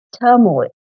turmoil